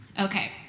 Okay